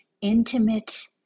intimate